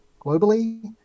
globally